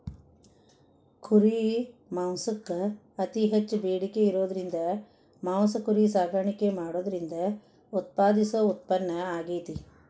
ಕುರಿ ಮಾಂಸಕ್ಕ್ ಅತಿ ಹೆಚ್ಚ್ ಬೇಡಿಕೆ ಇರೋದ್ರಿಂದ ಮಾಂಸ ಕುರಿ ಸಾಕಾಣಿಕೆ ಮಾಡೋದ್ರಿಂದ ಉತ್ಪಾದಿಸೋ ಉತ್ಪನ್ನ ಆಗೇತಿ